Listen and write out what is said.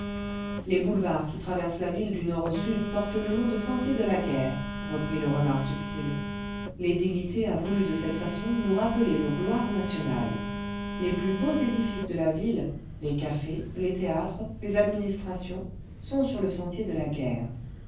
les boulevards qui traversent la ville du nord au sud portent le nom de sentier de la guerre reprit le renard subtil l'édilité a voulu decette façon nous rappeler nos gloires nationales les plus beaux édifices de la ville les cafés les théâtres les administrations sont sur le sentier de la guerre